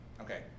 okay